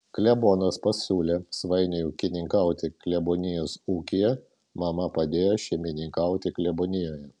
klebonas pasiūlė svainiui ūkininkauti klebonijos ūkyje mama padėjo šeimininkauti klebonijoje